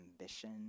ambition